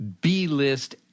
B-list